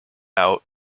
out